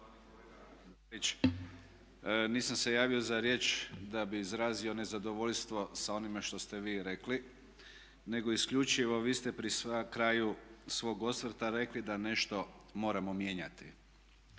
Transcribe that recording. nisam se javio za riječ da bih izrazio nezadovoljstvo sa onime što ste vi rekli nego isključivo vi ste pri kraju svog osvrta rekli da nešto moramo mijenjati.